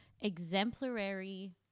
exemplary